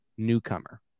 newcomer